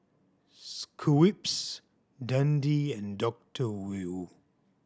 Schweppes Dundee and Doctor Wu